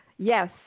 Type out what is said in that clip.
Yes